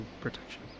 protection